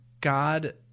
God –